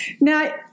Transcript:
Now